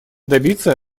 добиться